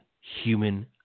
human